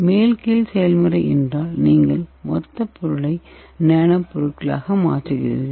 மேல் கீழ் செயல்முறை என்றால் நீங்கள் மொத்தப் பொருளை நானோ பொருட்களாக மாற்றுகிறீர்கள்